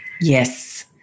Yes